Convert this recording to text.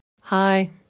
Hi